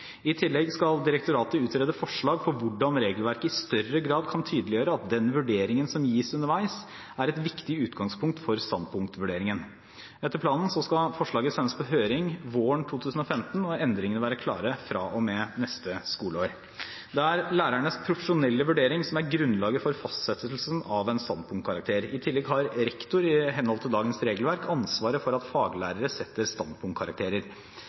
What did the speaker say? I tillegg skal direktoratet utrede forslag til hvordan regelverket i større grad kan tydeliggjøre at den vurderingen som gis underveis, er et viktig utgangspunkt for standpunktvurderingen. Etter planen skal forslaget sendes på høring våren 2015 og endringene være klare fra og med neste skoleår. Det er lærernes profesjonelle vurdering som er grunnlaget for fastsettelsen av en standpunktkarakter. I tillegg har rektor, i henhold til dagens regelverk, ansvaret for at faglærere setter standpunktkarakterer.